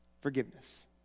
forgiveness